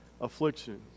affliction